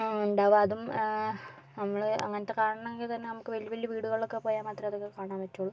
ഉണ്ടാവുക അതും നമ്മൾ അങ്ങനത്തെ കാണണമെങ്കിൽ തന്നെ നമുക്ക് വലിയ വലിയ വീടുകളിലൊക്കെ പോയാൽ മാത്രമേ അതൊക്കെ കാണാൻ പറ്റുകയുള്ളൂ